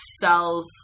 cells